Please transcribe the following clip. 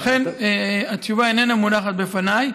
אכן, התשובה איננה מונחת בפניי.